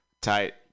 Tight